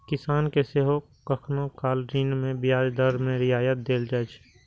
किसान कें सेहो कखनहुं काल ऋण मे ब्याज दर मे रियायत देल जाइ छै